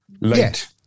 Late